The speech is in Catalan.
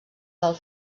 del